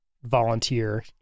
volunteer